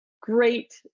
great